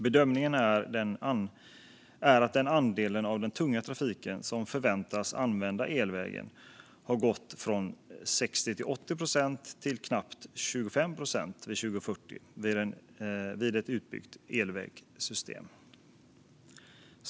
Bedömningen är att den andel av den tunga trafiken som förväntas använda elvägen har gått från 60-80 procent till knappt 25 procent 2040 vid ett utbyggt elvägssystem.